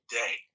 day